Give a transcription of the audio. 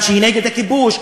מכיוון שהיא נגד הכיבוש,